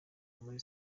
muri